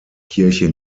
kirche